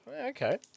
okay